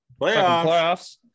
playoffs